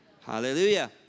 Hallelujah